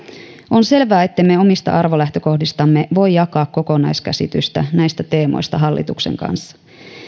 on selvää ettemme omista arvolähtökohdistamme voi jakaa kokonaiskäsitystä näistä teemoista hallituksen kanssa